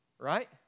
Right